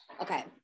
okay